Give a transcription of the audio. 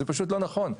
זה פשוט לא נכון.